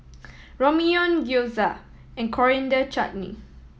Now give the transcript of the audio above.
Ramyeon Gyoza and Coriander Chutney